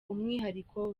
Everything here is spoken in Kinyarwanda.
umwihariko